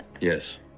Yes